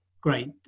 great